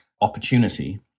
opportunity